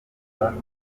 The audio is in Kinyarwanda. camp